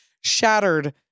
shattered